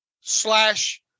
slash